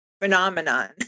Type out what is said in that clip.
phenomenon